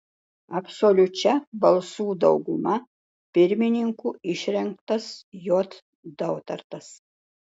absoliučia balsų dauguma pirmininku išrinktas j dautartas